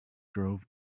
drove